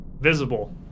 Visible